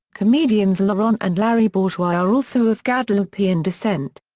comedians laurent and larry bourgeois are also of guadelupean descent.